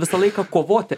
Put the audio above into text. visą laiką kovoti